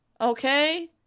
okay